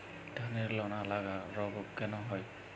ধানের লোনা লাগা রোগ কেন হয়?